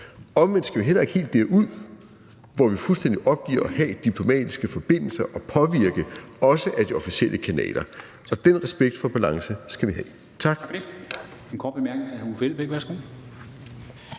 Omvendt skal vi heller ikke helt derud, hvor vi fuldstændig opgiver at have diplomatiske forbindelser og påvirke også ad de officielle kanaler. Den respekt for balance skal vi have. Tak.